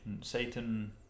Satan